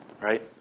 right